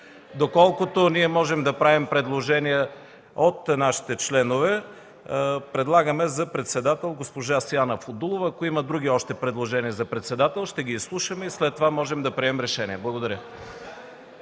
Доколкото ние можем да правим предложения, от нашите членове предлагаме за председател госпожа Сияна Фудулова. Ако има и други предложения за председател, ще ги изслушаме и след това можем да приемем решение. Благодаря.